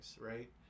right